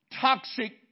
toxic